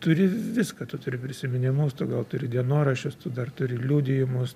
turi viską tu turi prisiminimus tu gal turi dienoraščius tu dar turi liudijimus